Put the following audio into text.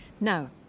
Now